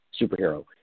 Superhero